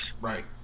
Right